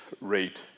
rate